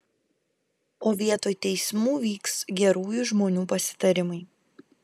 o vietoj teismų vyks gerųjų žmonių pasitarimai